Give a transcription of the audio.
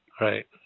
Right